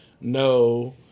no